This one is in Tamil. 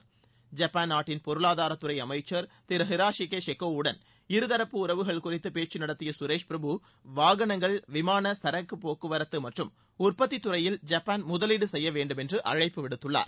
ஐப்பான் நாட்டின் பொருளாதாரத் துறை அமைச்சர் திரு ஹிரோசிகே செகோவுடன் இருதரப்பு உறவுகள் குறித்து பேச்சு நடத்திய சுரேஷ் பிரபு வாகனங்கள் விமான சரக்குப்போக்குவரத்து மற்றும் உற்பத்தித் துறையில் ஜப்பான் முதலீடு செய்யவேண்டுமென்று அழைப்பு விடுத்துள்ளார்